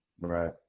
Right